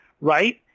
right